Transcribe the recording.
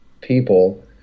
people